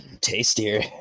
tastier